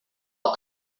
from